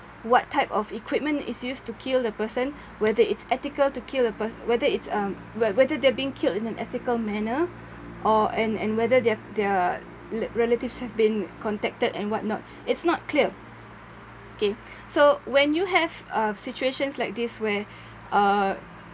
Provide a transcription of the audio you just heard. what type of equipment is used to kill the person whether it's ethical to kill a pers~ whether it's um whether they are being killed in an ethical manner or and and whether their their relatives have been contacted and what not it's not clear okay so when you have uh situations like this where uh